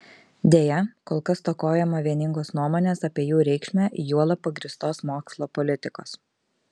deja kol kas stokojama vieningos nuomonės apie jų reikšmę juolab pagrįstos mokslo politikos